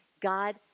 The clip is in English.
God